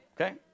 Okay